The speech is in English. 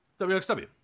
WXW